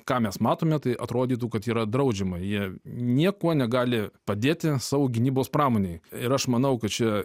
ką mes matome tai atrodytų kad yra draudžiama jie niekuo negali padėti savo gynybos pramonei ir aš manau kad čia